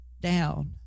down